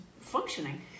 functioning